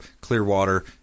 Clearwater